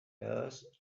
does